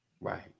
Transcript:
right